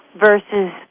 versus